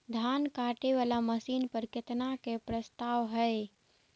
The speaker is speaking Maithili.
धान काटे वाला मशीन पर केतना के प्रस्ताव हय?